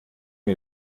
mir